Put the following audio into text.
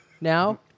now